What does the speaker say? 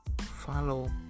follow